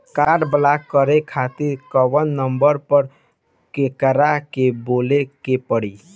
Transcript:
Card block करे खातिर कवना नंबर पर केकरा के बोले के परी?